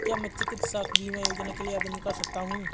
क्या मैं चिकित्सा बीमा योजना के लिए आवेदन कर सकता हूँ?